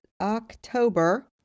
October